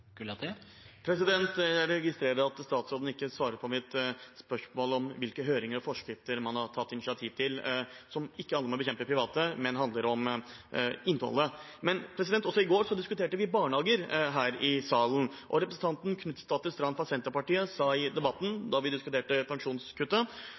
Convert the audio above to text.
Jeg registrerer at statsråden ikke svarer på mitt spørsmål om hvilke høringer og forskrifter man har tatt initiativ til som ikke handler om å bekjempe private, men som handler om innholdet. Men også i går diskuterte vi barnehager her i salen. Representanten Knutsdatter Strand fra Senterpartiet sa i